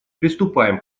приступаем